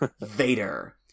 Vader